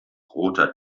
roter